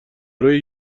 روی